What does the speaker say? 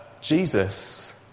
Jesus